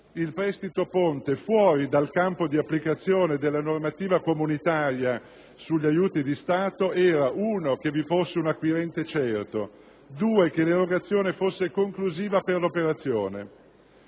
il prestito ponte fuori dal campo di applicazione della normativa comunitaria sugli aiuti di Stato era in primo luogo che vi fosse un acquirente certo, in secondo luogo che l'erogazione fosse conclusiva per l'operazione.